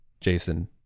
jason